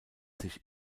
sich